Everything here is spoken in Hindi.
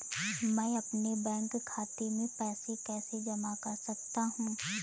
मैं अपने बैंक खाते में पैसे कैसे जमा कर सकता हूँ?